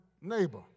neighbor